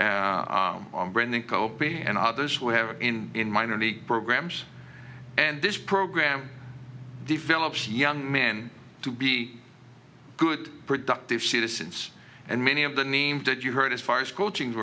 brandon kobe and others who have been in minor league programs and this program develops young men to be good productive citizens and many of the names that you heard as far as coaching